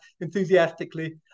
enthusiastically